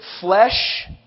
flesh